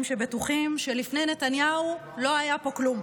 שבטוחים שלפני נתניהו לא היה פה כלום.